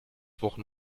wochen